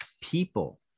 people